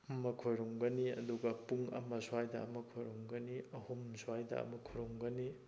ꯑꯃ ꯈꯨꯔꯨꯝꯒꯅꯤ ꯑꯗꯨꯒ ꯄꯨꯡ ꯑꯃ ꯁ꯭ꯋꯥꯏꯗ ꯑꯃ ꯈꯨꯔꯨꯝꯒꯅꯤ ꯑꯍꯨꯝ ꯁ꯭ꯋꯥꯏꯗ ꯑꯃ ꯈꯨꯔꯨꯝꯒꯅꯤ